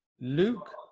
Luke